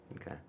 Okay